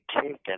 taken